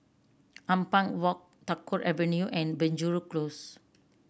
Ampang Walk Tagore Avenue and Penjuru Close